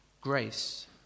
Grace